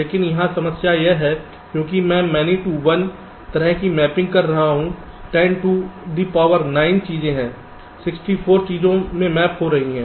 लेकिन यहाँ समस्या यह है क्योंकि मैं मैनी टू वन तरह की मैपिंग कर रहा हूं 10 टू दी पावर 9 चीजें 64 चीजों में मैप हो रही है